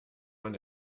man